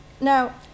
Now